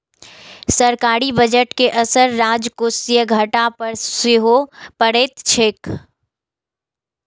सरकारी बजट के असर राजकोषीय घाटा पर सेहो पड़ैत छैक